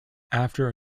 after